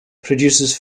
produces